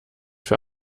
für